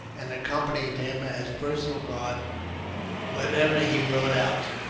and accompanying him as personal guard whenever he rode out.